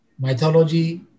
mythology